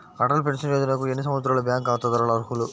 Atal pension యోజనకు ఎన్ని సంవత్సరాల బ్యాంక్ ఖాతాదారులు అర్హులు?